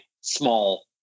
small